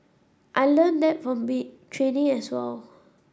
I learnt that from training as well